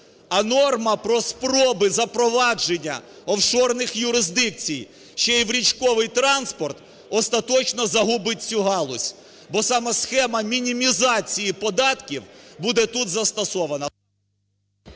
А норма про спроби запровадження офшорних юрисдикцій ще й в річковий транспорт остаточно загубить цю галузь. Бо саме схема мінімізації податків буде тут застосована.